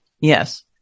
Yes